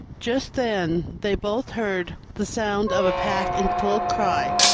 just then they both heard the sound of a pack in full cry,